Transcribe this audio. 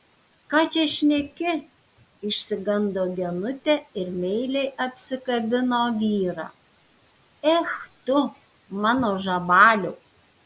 ką čia šneki išsigando genutė ir meiliai apsikabino vyrą ech tu mano žabaliau